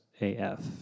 AF